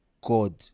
god